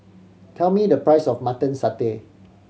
tell me the price of Mutton Satay